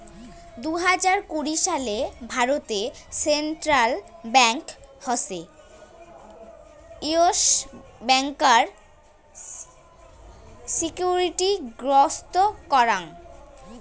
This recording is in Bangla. দুই হাজার কুড়ি সালে ভারতে সেন্ট্রাল ব্যাঙ্ক হসে ইয়েস ব্যাংকার সিকিউরিটি গ্রস্ত করাং